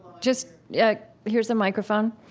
just yeah here's a microphone